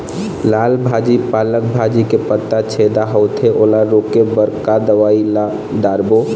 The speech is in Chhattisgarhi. लाल भाजी पालक भाजी के पत्ता छेदा होवथे ओला रोके बर का दवई ला दारोब?